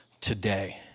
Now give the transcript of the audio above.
today